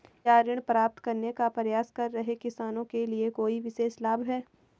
क्या ऋण प्राप्त करने का प्रयास कर रहे किसानों के लिए कोई विशेष लाभ हैं?